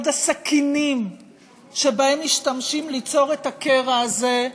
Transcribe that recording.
הסכינים שבהם משתמשים ליצור את הקרע הזה,